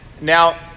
Now